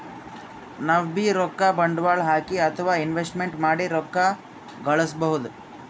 ನಾವ್ಬೀ ರೊಕ್ಕ ಬಂಡ್ವಾಳ್ ಹಾಕಿ ಅಥವಾ ಇನ್ವೆಸ್ಟ್ಮೆಂಟ್ ಮಾಡಿ ರೊಕ್ಕ ಘಳಸ್ಕೊಬಹುದ್